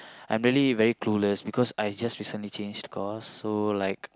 I'm really very clueless because I just recently changed course so like